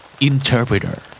Interpreter